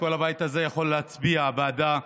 כל הבית הזה יכול להצביע בעדה.